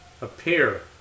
Appear